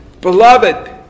Beloved